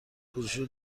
بروشوری